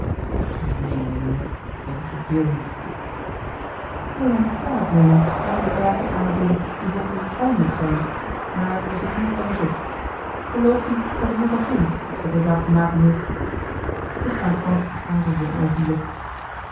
neen mijnheer in het geheel niet wil mij niet kwalijk nemen wanneer ik zaken aanroer die voor u pijnlijk zijn maar er zit niet anders op gelooft u dat de hertogin iets met de zaak te maken heeft de staatsman aarzelde een oogenblik